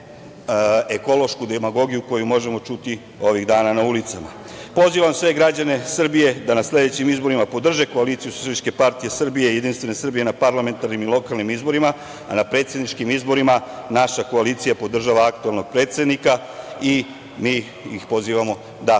ekološku demagogiju, koju možemo čuti ovih dana na ulicama. Pozivam sve građane Srbije da na sledećim izborima podrže koaliciju SPS-JS, na parlamentarnim i lokalnim izborima. Na predsedničkim izborima naša koalicija podržava aktuelnog predsednika i mi ih pozivamo da